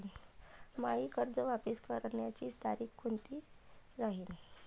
मायी कर्ज वापस करण्याची तारखी कोनती राहीन?